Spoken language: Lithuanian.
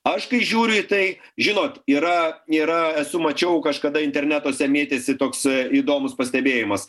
aš kai žiūriu į tai žinot yra yra esu mačiau kažkada internetuose mėtėsi toks įdomus pastebėjimas